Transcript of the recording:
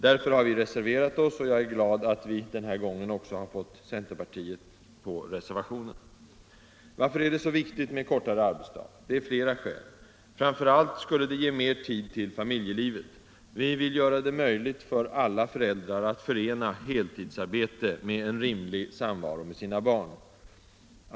Därför har vi reserverat oss, och jag är glad att vi denna gång också har fått centern med på reservationen. Varför är det så viktigt med en kortare arbetsdag? Det finns flera skäl. Framför allt skulle den ge mer tid till familjeliv. Vi vill göra det möjligt för alla föräldrar att förena heltidsarbete med en rimlig samvaro med sina barn.